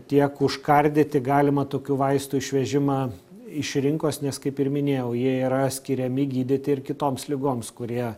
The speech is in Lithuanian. tiek užkardyti galimą tokių vaistų išvežimą iš rinkos nes kaip ir minėjau jie yra skiriami gydyti ir kitoms ligoms kurie